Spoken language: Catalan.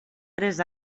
tres